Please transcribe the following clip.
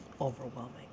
overwhelming